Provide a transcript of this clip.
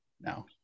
no